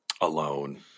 alone